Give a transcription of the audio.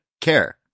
care